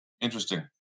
Interesting